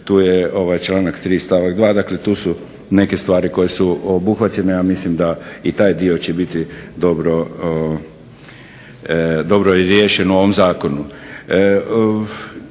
tu je članak 3. stavak 2., dakle tu su neke stvari koje su obuhvaćene, a mislim da i taj dio će biti dobro riješen u ovom zakonu.